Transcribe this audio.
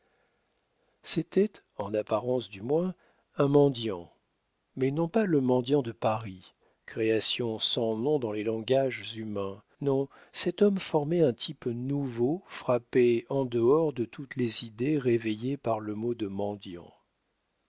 c'était en apparence du moins un mendiant mais non pas le mendiant de paris création sans nom dans les langages humains non cet homme formait un type nouveau frappé en dehors de toutes les idées réveillées par le mot de mendiant